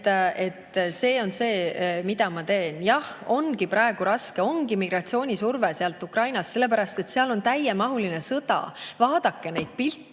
et see on see, mida ma teen. Jah, ongi praegu raske, ongi migratsioonisurve Ukrainast – sellepärast, et seal on täiemahuline sõda. Vaadake neid pilte,